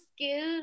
skill